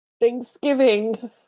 Thanksgiving